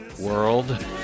world